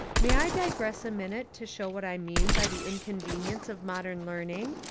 may i digress a minute to show what i mean by the inconvenience of modern learning?